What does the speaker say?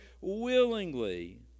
willingly